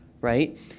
right